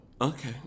Okay